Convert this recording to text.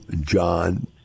John